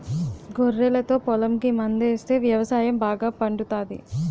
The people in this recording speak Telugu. గొర్రెలతో పొలంకి మందాస్తే వ్యవసాయం బాగా పండుతాది